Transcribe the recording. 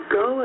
go